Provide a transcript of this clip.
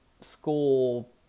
school